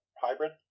hybrid